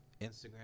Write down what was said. Instagram